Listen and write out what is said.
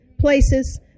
places